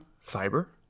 fiber